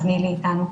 אז נילי איתנו.